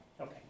Okay